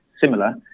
similar